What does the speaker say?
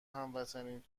هموطنی